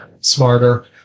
smarter